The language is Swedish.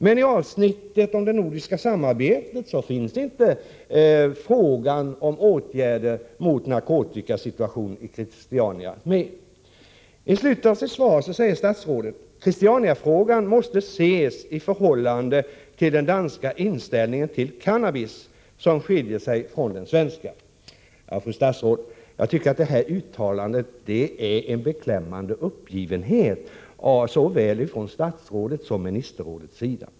Men i avsnittet om det nordiska samarbetet finns inte frågan om åtgärder mot narkotikasituationen i Christiania med. I slutet av sitt svar säger statsrådet: ”Christianiafrågan måste ses i förhållande till den danska inställningen till cannabis, som skiljer sig från den svenska.” Detta uttalande, fru statsråd, ger intryck av en beklämmande uppgivenhet, såväl från statsrådets som från Ministerrådets sida.